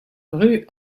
rue